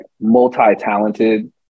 multi-talented